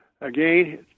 Again